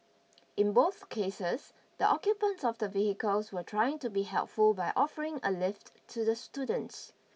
in both cases the occupants of the vehicles were trying to be helpful by offering a lift to the students